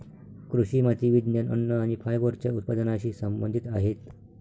कृषी माती विज्ञान, अन्न आणि फायबरच्या उत्पादनाशी संबंधित आहेत